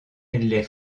les